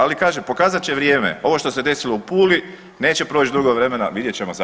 Ali kažem pokazat će vrijeme ovo što se desilo u Puli, neće proći dugo vremena vidjet ćemo Zagreb.